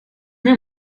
mir